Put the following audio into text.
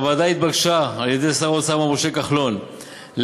הוועדה התבקשה על-ידי שר האוצר מר משה כחלון להמליץ